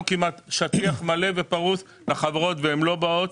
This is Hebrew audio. כמעט שטיח מלא ופרוס לחברות והן לא באות,